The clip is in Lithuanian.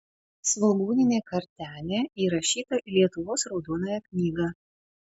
svogūninė kartenė įrašyta į lietuvos raudonąją knygą